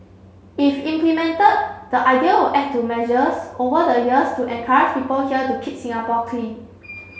if implemented the idea add to measures over the years to encourage people here to keep Singapore clean